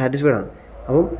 സാറ്റിസ്ഫൈഡാണ് അപ്പം